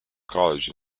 college